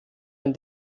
ein